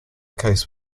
case